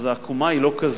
אז העקומה היא לא כזאת,